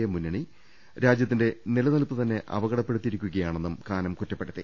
A മുന്നണി രാജ്യത്തിന്റെ നില നിൽപ്പുതന്നെ അപകടപ്പെടുത്തിയിരിക്കുകയാണെന്നും കാനം കുറ്റപ്പെടുത്തി